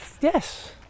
yes